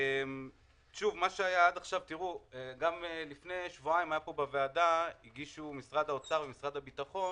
גם לפני שבועיים הגישו משרד האוצר ומשרד הביטחון